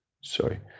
sorry